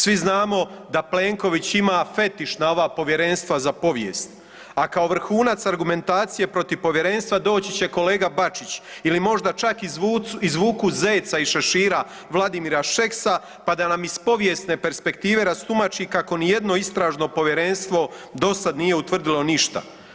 Svi znamo da Plenković ima fetiš na ova povjerenstva za povijest, a kao vrhunac argumentacije protiv povjerenstva doći će kolega Bačić ili možda čak izvuku zeca iz šešira Vladimira Šeksa pa da nam iz povijesne perspektive rastumači kako ni jedno Istražno povjerenstvo do sad nije utvrdilo ništa.